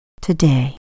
today